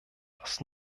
das